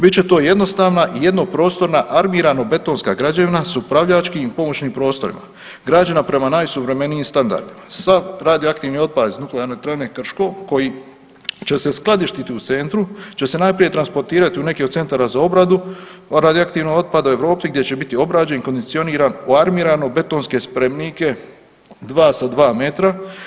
Bit će to jednostavna i jedno prostorna armirano betonska građevina sa upravljačkim i pomoćnim prostorima građena prema najsuvremenijim standardima s radioaktivnim otpadom iz nuklearne elektrane Krško koji će se skladištiti u centru, će se najprije transportirati u neke od centara za obradu, a radio aktivni otpad u Europi gdje će biti obrađen i kondicioniran u armirano betonske spremnike dva sa dva metra.